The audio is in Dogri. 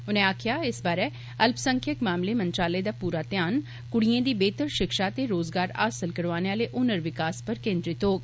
उनै आक्खेया इस बारै अल्पसंखयक मामले मंत्रालय दा पूरा ध्यान कुड्डिए दी बेहतर शिक्षा ते रोजगार हासल करोआने आले हुनर विकास पर केनद्रित होग